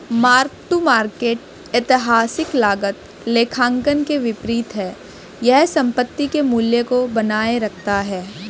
mark to market ऐतिहासिक लागत लेखांकन के विपरीत है यह संपत्ति के मूल्य को बनाए रखता है